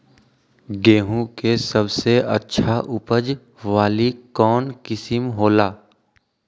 गेंहू के सबसे अच्छा उपज वाली कौन किस्म हो ला?